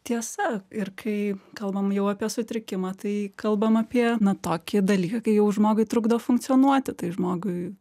tiesa ir kai kalbam jau apie sutrikimą tai kalbam apie na tokį dalyką kai jau žmogui trukdo funkcionuoti tai žmogui